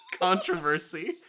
controversy